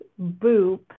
Boop